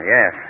Yes